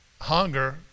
hunger